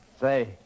Say